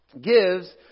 gives